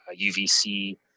UVC